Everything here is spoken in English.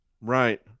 Right